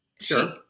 Sure